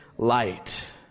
light